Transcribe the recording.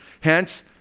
Hence